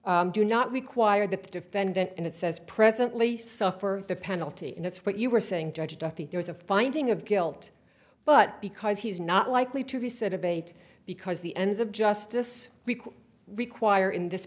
society do not require that the defendant and it says presently suffer the penalty and it's what you were saying judge duffy there's a finding of guilt but because he's not likely to be set of eight because the ends of justice require in this